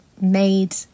made